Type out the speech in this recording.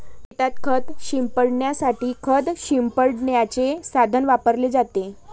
शेतात खत शिंपडण्यासाठी खत शिंपडण्याचे साधन वापरले जाते